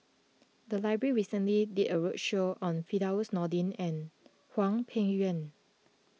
the library recently did a roadshow on Firdaus Nordin and Hwang Peng Yuan